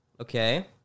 Okay